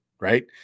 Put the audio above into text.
right